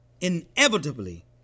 inevitably